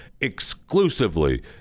exclusively